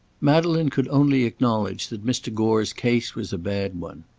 madeleine could only acknowledge that mr. gore's case was a bad one.